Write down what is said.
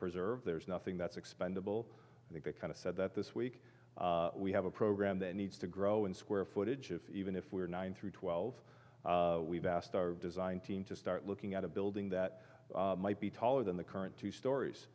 preserved there's nothing that's expendable i think that kind of said that this week we have a program that needs to grow in square footage if even if we're nine through twelve we've asked our design team to start looking at a building that might be taller than the current two stories